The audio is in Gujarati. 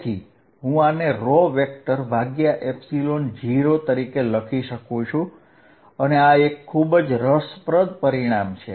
તેથી હું આને a3 0 લખી શકું છું આ ખૂબ જ રસપ્રદ પરિણામ છે